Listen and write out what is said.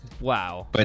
wow